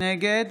נגד